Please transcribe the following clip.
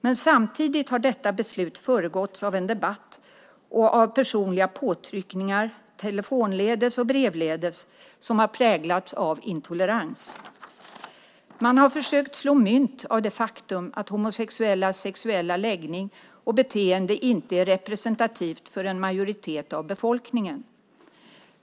Men samtidigt har detta beslut föregåtts av en debatt och av personliga påtryckningar, telefonledes och brevledes, som har präglats av intolerans. Man har försökt slå mynt av det faktum att homosexuellas sexuella läggning och beteende inte är representativt för en majoritet av befolkningen.